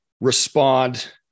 respond